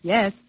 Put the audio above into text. Yes